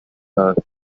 perth